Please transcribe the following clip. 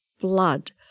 blood